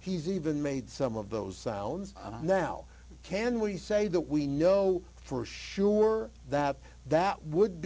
he's even made some of those sounds now can we say that we know for sure that that would